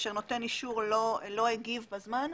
כאשר נותן אישור לא הגיב בזמן,